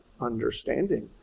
understanding